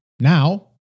now